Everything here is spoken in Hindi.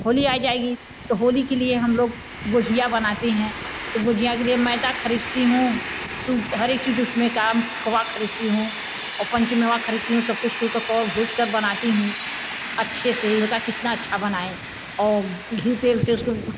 होली आ जाएगी तो होली के लिए हम लोग गुजिया बनाते हैं तो गुजिया के लिए मैदा खरीदती हूँ हरेक चीज उसमें का हम खोआ खरीदती हूँ और पंच मेवा खरीदती हूँ सब कुछ को भुज कर बनाती हूँ अच्छे से ये होता है कितना अच्छा बनाए आउ घीयू तेल से उसको